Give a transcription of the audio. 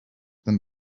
than